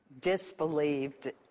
disbelieved